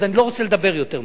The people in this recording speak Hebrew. אז אני לא רוצה לדבר יותר מדי,